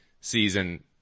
season